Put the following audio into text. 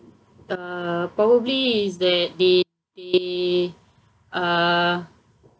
uh probably is that they they uh